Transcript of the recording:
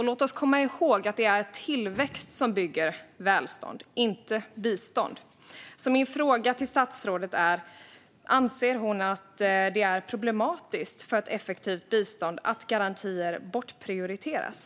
Låt oss komma ihåg att det är tillväxt, inte bistånd, som bygger välstånd. Min fråga till statsrådet är därför: Anser hon att det är problematiskt för ett effektivt bistånd att garantier bortprioriteras?